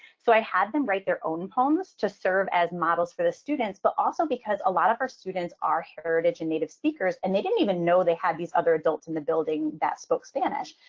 so i had them write their own poems to serve as models for the students, but also because a lot of our students are heritage and native speakers and they didn't even know they had these other adults in the building that spoke spanish.